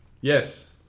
Yes